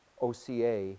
OCA